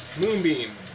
Moonbeam